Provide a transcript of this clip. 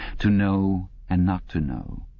to know and not to know,